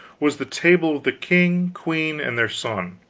was the table of the king, queen, and their son,